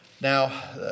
Now